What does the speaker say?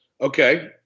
Okay